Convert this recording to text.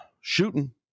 shooting